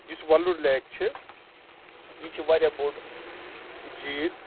یُس وَلُر لیک چھِ یہِ چھِ واریاہ بوٚڈ جھیٖل